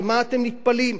מה אתם נטפלים?